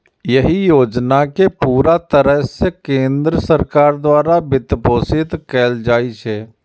एहि योजना कें पूरा तरह सं केंद्र सरकार द्वारा वित्तपोषित कैल जाइ छै